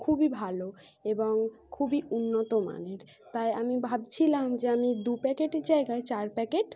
খুবই ভালো এবং খুবই উন্নত মানের তাই আমি ভাবছিলাম যে আমি দু প্যাকেটের জায়গায় চার প্যাকেট